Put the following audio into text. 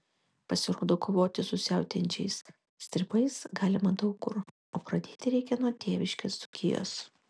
pasirodo kovoti su siautėjančiais stribais galima daug kur o pradėti reikia nuo tėviškės dzūkijos